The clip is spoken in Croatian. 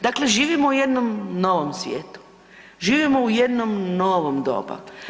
Dakle, živimo u jednom novom svijetu, živimo u jednom novom dobu.